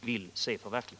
vill se förverkligad.